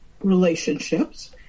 relationships